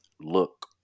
look